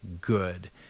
good